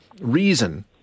reason